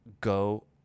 go